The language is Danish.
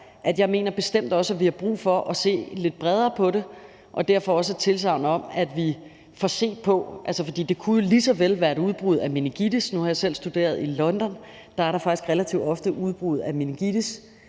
at jeg bestemt også mener, at vi har brug for at se lidt bredere på det. Derfor også et tilsagn om, at vi får set på det. For det kunne jo lige så vel være et udbrud af meningitis; nu har jeg selv studeret i London, og der er der faktisk relativt ofte udbrud af meningitis,